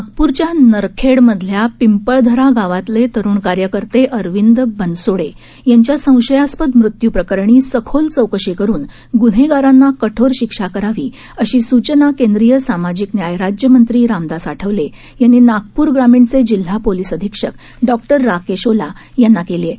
नागप्रच्या नरखेडमधल्या पिंपळधरा गावातले तरूण कार्यकर्ते अरविंद बनसोडे यांच्या संशयास्पद मृत्युप्रकरणी सखोल चौकशी करून गुन्हेगारांना कठोर शिक्षा करावी अशी सुचना केंद्रीय सामाजिक न्याय राज्यमंत्री रामदास आठवले यांनी नागपूर ग्रामीणचे जिल्हा पोलिस अधीक्षक डॉक्टर राकेश ओला यांना केली आहे